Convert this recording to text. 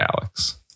Alex